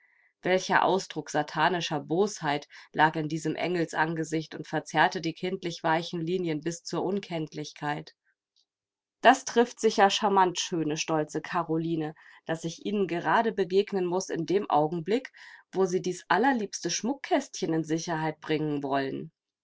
welcher ausdruck satanischer bosheit lag in diesem engelsangesicht und verzerrte die kindlich weichen linien bis zur unkenntlichkeit das trifft sich ja scharmant schöne stolze karoline daß ich ihnen gerade begegnen muß in dem augenblick wo sie dies allerliebste schmuckkästchen in sicherheit bringen wollen